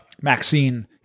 Maxine